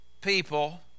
people